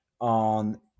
on